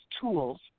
tools